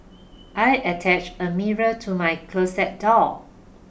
I attached a mirror to my closet door